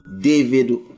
David